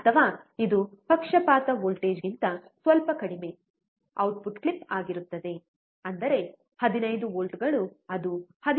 ಅಥವಾ ಇದು ಪಕ್ಷಪಾತ ವೋಲ್ಟೇಜ್ಗಿಂತ ಸ್ವಲ್ಪ ಕಡಿಮೆ ಔಟ್ಪುಟ್ ಕ್ಲಿಪ್ ಆಗಿರುತ್ತದೆ ಅಂದರೆ 15 ವೋಲ್ಟ್ಗಳು ಅದು 13